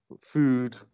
food